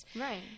Right